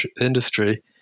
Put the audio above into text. industry